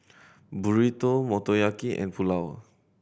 Burrito Motoyaki and Pulao